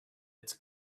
its